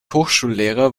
hochschullehrer